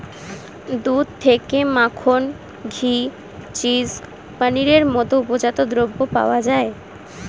দুধ থেকে মাখন, ঘি, চিজ, পনিরের মতো উপজাত দ্রব্য পাওয়া যায়